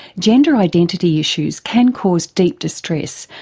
gender identity issues can cause deep distress,